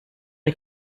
les